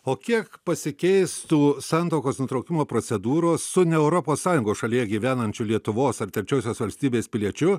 o kiek pasikeistų santuokos nutraukimo procedūros su ne europos sąjungos šalyje gyvenančiu lietuvos ar trečiosios valstybės piliečiu